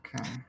Okay